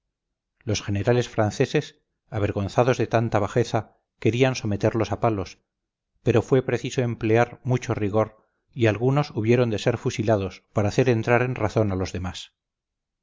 los generales franceses avergonzados de tanta bajeza querían someterlos a palos pero fue preciso emplear mucho rigor y algunos hubieron de ser fusilados para hacer entrar en razón a los demás